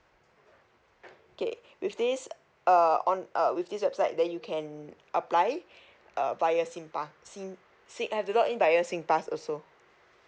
okay with this err on uh with this website that you can apply uh via sing pa~ sing sing have to login via sing pass also